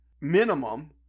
minimum